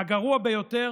והגרוע ביותר,